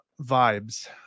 Vibes